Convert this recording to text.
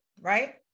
right